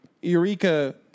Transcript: Eureka